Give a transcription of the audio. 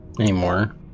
Anymore